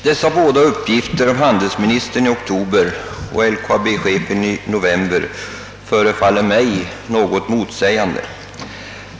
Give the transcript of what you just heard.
Dessa båda uppgifter av handelsministern i oktober och LKAB-chefen i november förefaller mig något motsägande.